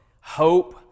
hope